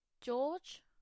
George